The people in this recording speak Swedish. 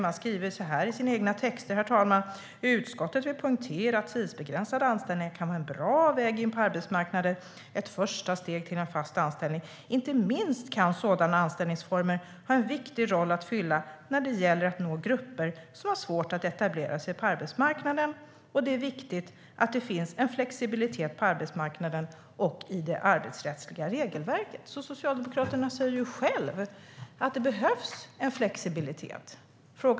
Ni skriver så här i era egna texter: "Utskottet vill poängtera att tidsbegränsade anställningar kan vara en bra väg in på arbetsmarknaden och ett första steg till en fast anställning. Inte minst kan sådana anställningsformer ha en viktig roll att fylla när det gäller att nå grupper som har svårt att etablera sig på arbetsmarknaden. Det är viktigt att det finns en flexibilitet på arbetsmarknaden och i det arbetsrättsliga regelverket." Socialdemokraterna säger alltså själva att det behövs en flexibilitet.